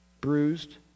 bruised